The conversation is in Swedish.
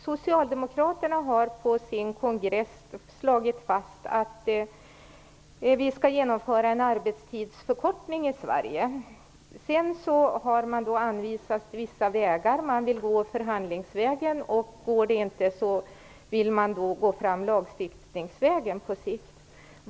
Socialdemokraterna har på sin kongress slagit fast att vi skall genomföra en arbetstidsförkortning i Sverige. Man har anvisat vissa vägar. Man vill gå förhandlingsvägen. Om det inte går vill man på sikt gå lagstiftningsvägen.